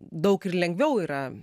daug ir lengviau yra